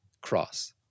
cross